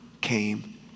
came